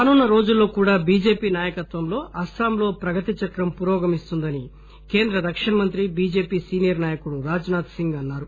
రానున్న రోజుల్లో కూడా బిజెపి నాయకత్వంలో అస్పాంలో ప్రగతి చక్రం పురోగమిస్తుందని కేంద్ర రక్షణ మంత్రి బిజెపి సీనియర్ నాయకుడు రాజ్ నాధ్ సింగ్ అన్నారు